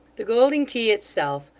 the golden key itself,